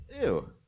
Ew